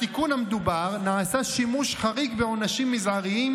בתיקון המדובר נעשה שימוש חריג בעונשים מזעריים